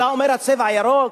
אתה אומר שהצבע ירוק,